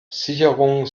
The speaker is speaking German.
sicherungen